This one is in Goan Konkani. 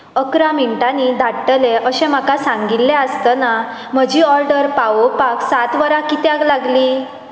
इकरा मिनटांनीं धाडटले अशें म्हाका सांगिल्लें आसतना म्हजी ऑर्डर पावोवपाक सात वरां कित्याक लागलीं